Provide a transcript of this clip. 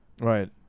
Right